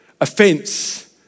offence